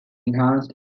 enhanced